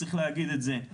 צריך להגיד את זה.